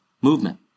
movement